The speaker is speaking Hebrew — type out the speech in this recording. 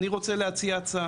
אני רוצה להציע הצעה,